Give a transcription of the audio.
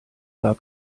gar